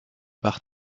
par